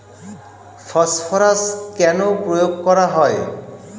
Phosphorus কেন প্রয়োগ করা হয়?